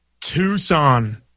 Tucson